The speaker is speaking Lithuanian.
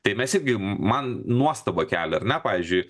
tai mes irgi man nuostabą kelia ar ne pavyzdžiui